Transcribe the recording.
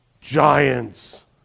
Giants